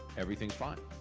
everything's fine.